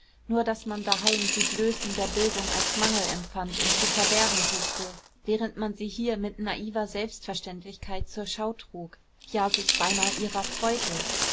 nur daß man daheim die blößen der bildung als mangel empfand und zu verbergen suchte während man sie hier mit naiver selbstverständlichkeit zur schau trug ja sich beinahe ihrer freute